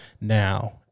Now